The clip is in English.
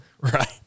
Right